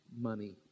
Money